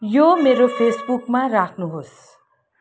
यो मेरो फेसबुकमा राख्नुहोस्